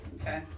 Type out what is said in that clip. Okay